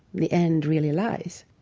the end really lies